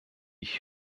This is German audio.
ich